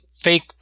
fake